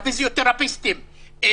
הפיזיותרפיסטים,